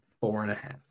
four-and-a-half